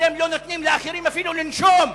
אתם לא נותנים לאחרים אפילו לנשום,